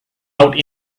out